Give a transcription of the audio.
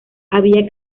había